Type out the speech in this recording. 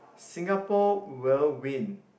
Singapore will win